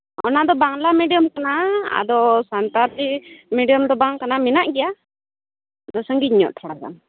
ᱚᱱᱟ ᱫᱚ ᱵᱟᱝᱞᱟ ᱢᱤᱰᱤᱭᱟᱢ ᱠᱟᱱᱟ ᱟᱫᱚ ᱥᱟᱱᱛᱟᱲᱤ ᱢᱤᱰᱤᱭᱟᱢ ᱫᱚ ᱵᱟᱝ ᱠᱟᱱᱟ ᱢᱮᱱᱟᱜ ᱜᱮᱭᱟ ᱥᱟᱺᱜᱤᱧ ᱧᱚᱜ ᱛᱷᱚᱲᱟ ᱜᱟᱱ